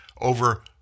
over